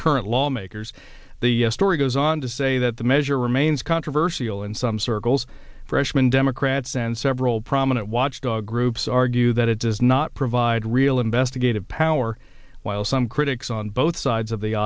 current lawmakers the story goes on to say that the measure remains controversial in some circles freshman democrats and several prominent watchdog groups argue that it does not provide real investigative power while some critics on both sides of the